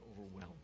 overwhelmed